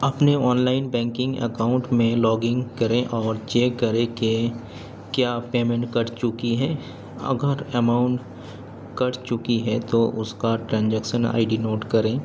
اپنے online banking account میں log in کریں اور چیک کریں کہ کیا پیمنٹ کٹ چکی ہے اگر اماؤنٹ کٹ چکی ہے تو اس کا ٹرانزیکشن آئی ڈی نوٹ کریں